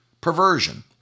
perversion